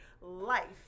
life